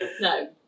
No